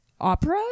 opera